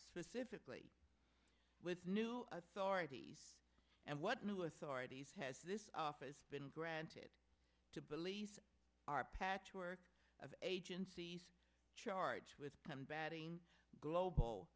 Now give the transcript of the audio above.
specifically with new authorities and what new is hardy's has this office been granted to believe our patchwork of agencies charged with combating global